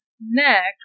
next